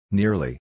nearly